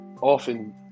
often